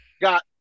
got